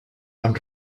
amb